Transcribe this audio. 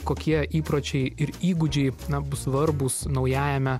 kokie įpročiai ir įgūdžiai na bus svarbūs naujajame